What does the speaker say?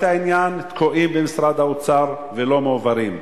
העניין תקועים במשרד האוצר ולא מועברים.